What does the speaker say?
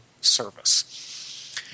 service